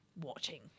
watching